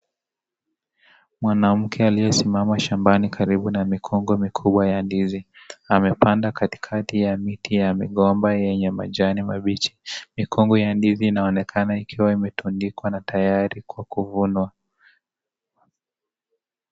Mwanamke aliyesimama shambani karibu na mikungu mikubwa ya ndizi amepanda katikati ya miti ya migomba yenye majani mambichi. Mikungu ya ndizi inaonekana ikiwa imetundikwa na tayari kwa kuvunwa.